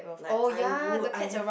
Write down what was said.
like I would I have